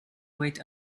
wait